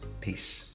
Peace